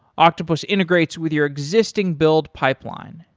octopus integrates with your existing build pipeline,